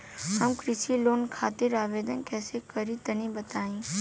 हम कृषि लोन खातिर आवेदन कइसे करि तनि बताई?